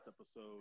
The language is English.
episode